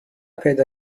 پیدا